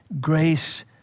Grace